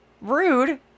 rude